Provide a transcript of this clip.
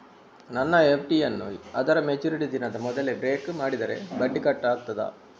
ನನ್ನ ಎಫ್.ಡಿ ಯನ್ನೂ ಅದರ ಮೆಚುರಿಟಿ ದಿನದ ಮೊದಲೇ ಬ್ರೇಕ್ ಮಾಡಿದರೆ ಬಡ್ಡಿ ಕಟ್ ಆಗ್ತದಾ?